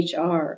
HR